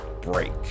break